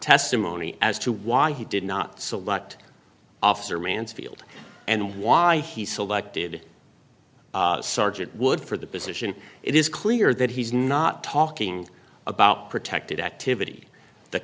testimony as to why he did not select officer mansfield and why he selected sergeant wood for the position it is clear that he's not talking about protected activity the